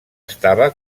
estava